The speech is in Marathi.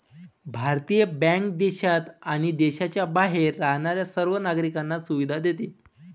भारतीय बँक देशात आणि देशाच्या बाहेर राहणाऱ्या सर्व नागरिकांना सुविधा देते